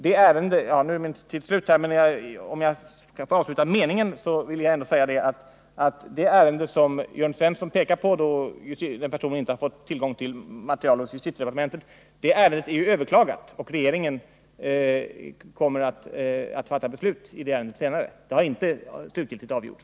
Det ärende som Jörn Svensson hänvisade till, då en person inte hade fått tillgång till material hos justitiedepartementet, är överklagat, och regeringen kommer senare att fatta beslut i frågan.